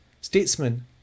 statesman